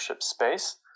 space